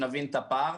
נבין את הפער.